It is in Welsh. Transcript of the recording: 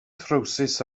trywsus